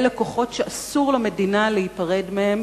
אלה כוחות שאסור למדינה להיפרד מהם,